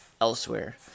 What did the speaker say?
elsewhere